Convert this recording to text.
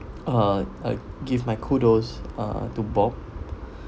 uh give my kudos uh to bob